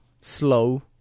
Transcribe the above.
slow